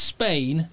Spain